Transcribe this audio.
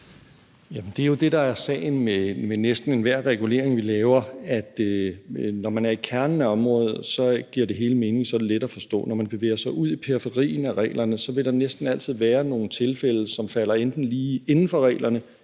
Det er jo det, der er sagen med næsten enhver regulering, som vi laver, altså at det hele, når man er i kernen af området, så giver mening og er let at forstå, og at der, når man bevæger sig ud i periferien af reglerne, så næsten altid vil være nogle tilfælde, som enten falder lige inden for reglerne